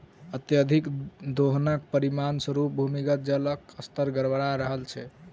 अत्यधिक दोहनक परिणाम स्वरूप भूमिगत जलक स्तर गड़बड़ा रहल छै